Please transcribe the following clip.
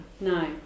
No